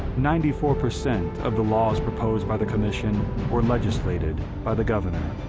ninety four percent of the laws proposed by the commission were legislated by the governor.